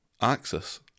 axis